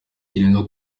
kirenga